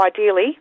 ideally